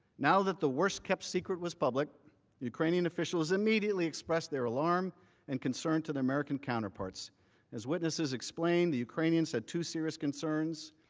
now that the worst kept secret was public ukrainian officials immediately expressed their alarm and concern to their american counterparts as witnesses explained ukrainians had two serious concerns,